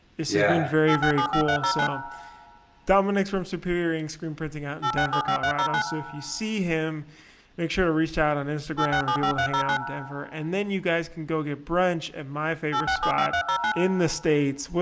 yeah and very very cool. so dominic's from superior ink screen printing out in denver, colorado, so if you see him make sure to reach out on instagram and be able to hang out in denver and then you guys can go get brunch at my favorite spot in the states,